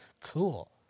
Cool